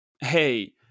hey